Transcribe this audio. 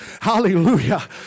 Hallelujah